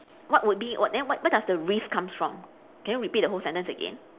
what would be what then what where does the risk comes from can you repeat the whole sentence again